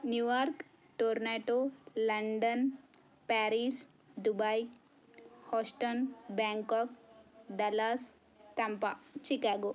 New York Toronto London Paris Dubai Houston Bangkok Dallas Tampa Chicago